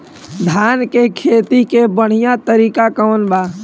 धान के खेती के बढ़ियां तरीका कवन बा?